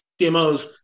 CMOs